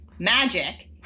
magic